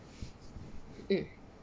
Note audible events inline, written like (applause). (breath) mm